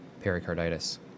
pericarditis